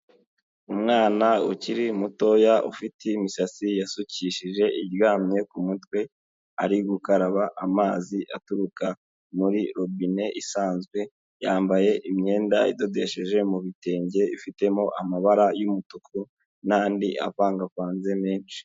Umwana ukiri mutoya ufite imisatsi yasukishije iryamye ku mutwe, ari gukaraba amazi aturuka muri robine isanzwe, yambaye imyenda idodesheje mu bitenge ifitemo amabara y'umutuku n'andi avangavanze menshi.